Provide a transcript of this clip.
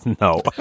no